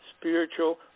spiritual